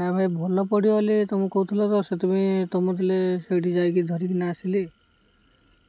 ନାଇଁ ଭାଇ ଭଲ ପଡ଼ିବ ବୋଲି ତୁମେ କହୁଥିଲ ତ ସେଥିପାଇଁ ତୁମଥିଲେ ସେଇଠି ଯାଇକି ଧରିକି ନା ଆସିଲି